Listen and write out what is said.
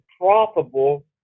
profitable